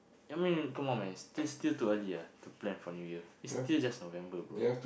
I mean come on man still still too early ah to plan for New Year it's still just November bro